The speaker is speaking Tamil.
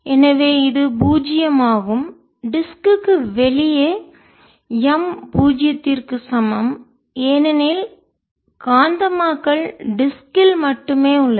எனவே இது பூஜ்ஜியமாகும் டிஸ்க் வட்டு க்கு வெளியே எம் பூஜ்ஜியத்திற்கு சமம் ஏனெனில் காந்தமாக்கல் டிஸ்க் வட்டு ல் மட்டுமே உள்ளது